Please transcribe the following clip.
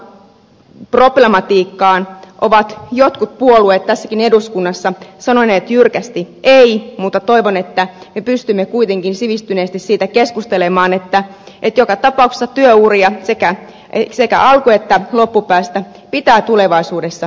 tälle työuraproblematiikalle ovat jotkut puolueet tässäkin eduskunnassa sanoneet jyrkästi ei mutta toivon että me pystymme kuitenkin sivistyneesti siitä keskustelemaan että joka tapauksessa työuria sekä alku että loppupäästä pitää tulevaisuudessa pidentää